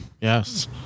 Yes